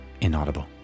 inaudible